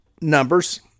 numbers